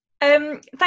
Thank